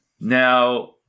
now